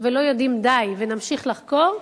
ולא יודעים די ונמשיך לחקור,